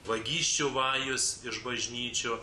vagysčių vajus iš bažnyčių